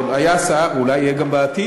כן, היה שר ואולי יהיה גם בעתיד.